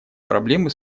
проблемы